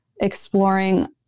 exploring